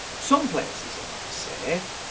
some places are not safe,